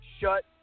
shut